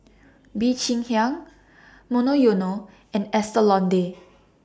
Bee Cheng Hiang Monoyono and Estee Lauder